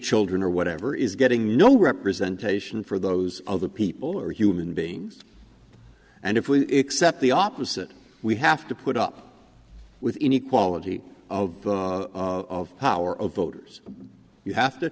children or whatever is getting no representation for those other people are human beings and if we accept the opposite we have to put up with inequality of power of voters you have to